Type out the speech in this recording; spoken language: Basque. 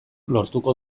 lortuko